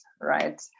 right